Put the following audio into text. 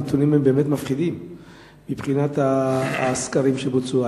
הם באמת מפחידים מבחינת הסקרים שבוצעו.